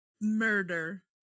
murder